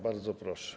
Bardzo proszę.